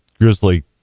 grizzly